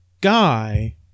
guy